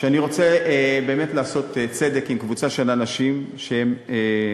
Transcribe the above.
אני רוצה באמת לעשות צדק עם קבוצה של אנשים, שהם